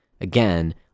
again